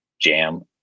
jam